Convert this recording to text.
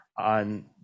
on